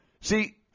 See